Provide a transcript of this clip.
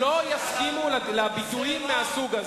לא יסכימו לביטויים מהסוג הזה.